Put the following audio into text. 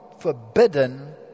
forbidden